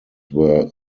were